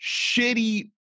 shitty